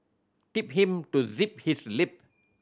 tell him to zip his lip